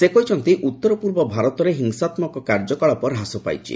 ସେ କହିଛନ୍ତି ଯେ ଉତ୍ତର ପୂର୍ବ ଭାରତରେ ହିଂସାତ୍ମକ କାର୍ଯ୍ୟକଳାପ ହ୍ରାସ ପାଇଛି